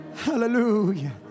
Hallelujah